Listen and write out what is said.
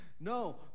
No